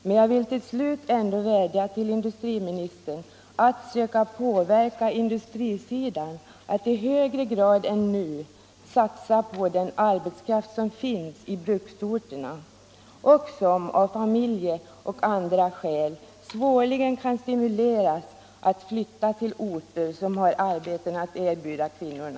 Men jag vill ändå till slut vädja till industriministern att söka påverka industrierna att i högre grad än nu satsa på den arbetskraft som finns i bruksorterna och som av familjeskäl och av andra orsaker svårligen kan stimuleras att flytta till orter som har arbeten att erbjuda kvinnorna.